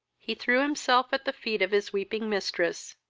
he threw himself at the feet of his weeping mistress,